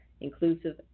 inclusive